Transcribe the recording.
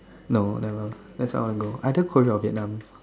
no never that's long ago either Korea or Vietnam